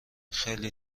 خیلی